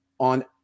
on